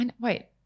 Wait